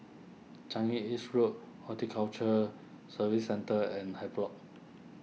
Changi East Road Horticulture Serving Centre and Havelock